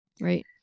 Right